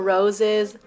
Roses